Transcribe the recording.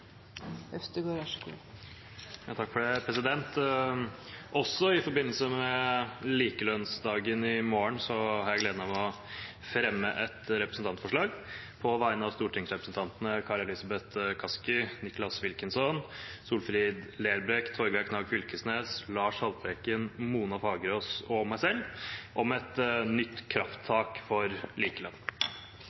Øvstegård vil framsette et representantforslag. I forbindelse med likelønnsdagen i morgen har jeg gleden av å fremme et representantforslag på vegne av stortingsrepresentantene Kari Elisabeth Kaski, Nicholas Wilkinson, Solfrid Lerbrekk, Torgeir Knag Fylkesnes, Lars Haltbrekken, Mona Fagerås og meg selv om et krafttak for likelønn.